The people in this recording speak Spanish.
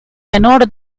menor